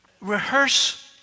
rehearse